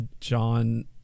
John